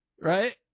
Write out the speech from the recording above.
Right